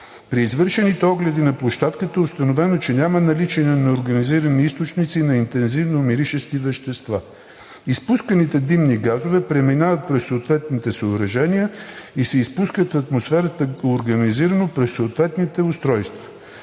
При извършените огледи на площадката е установено, че няма наличие на неорганизирани източници на интензивно миришещи вещества. Изпусканите димни газове преминават през съответните съоръжения и се изпускат в атмосферата организирано през съответните устройства.